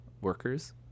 workers